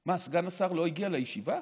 מה, סגן השר לא הגיע לישיבה?